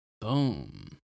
Boom